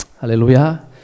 Hallelujah